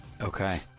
Okay